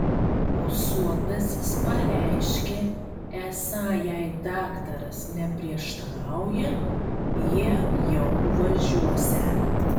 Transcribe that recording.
ūsuotasis pareiškė esą jei daktaras neprieštarauja jie jau važiuosią